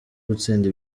gutsinda